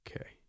Okay